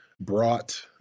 brought